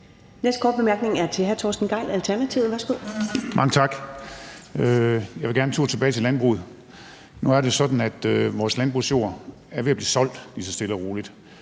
Næste korte bemærkning er til hr. Torsten Gejl, Alternativet. Værsgo. Kl. 11:13 Torsten Gejl (ALT): Mange tak. Jeg vil gerne en tur tilbage til landbruget. Nu er det sådan, at vores landbrugsjord er ved at blive solgt lige så stille og roligt